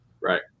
right